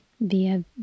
via